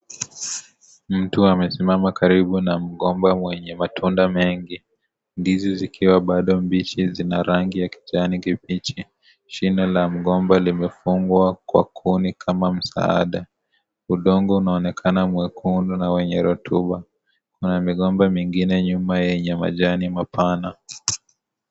Mtu amesimama karibu na mgomba mwenye matunda mengi ,ndizi zikiwa bado mbichi zina rangi ya kijani kibichi. Shina la mgomba limefungwa kwa kuni kama msaada. Udongo unaonekana mwekundu na wenye rutuba. Kuna migomba mingine nyuma yenye majani mapana.